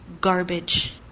garbage